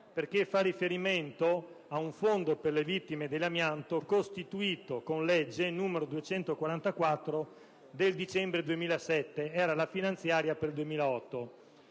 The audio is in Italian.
perché fa riferimento al Fondo per le vittime dell'amianto, costituito con legge n. 244 del dicembre 2007 (legge finanziaria 2008).